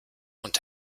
und